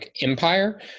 empire